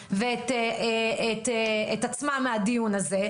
רגליהם ואת עצמם מהדיון הזה,